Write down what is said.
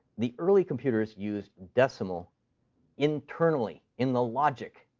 the early computers used decimal internally in the logic.